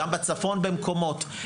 גם בצפון במקומות.